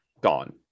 gone